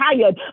tired